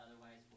Otherwise